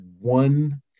one